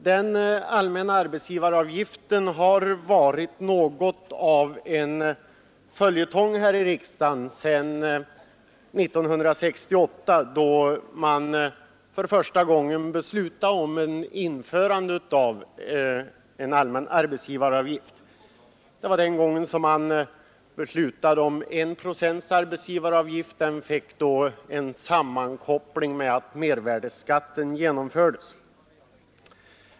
Den allmänna arbetsgivaravgiften har varit något av en följetong här i riksdagen sedan 1968, då man första gången beslöt om införande av den. Den gången beslöts om införande av en enprocentig arbetsgivaravgift. Den fick en sammankoppling med mervärdeskatten som då infördes.